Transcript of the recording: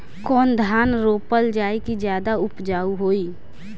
कौन धान रोपल जाई कि ज्यादा उपजाव होई?